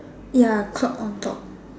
ya clock on top